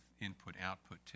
input-output